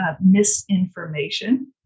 misinformation